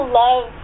love